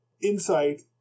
insight